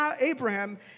Abraham